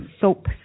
soap